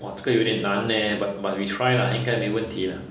!wah! 这个有点难 leh but but we try lah 应该没问题 lah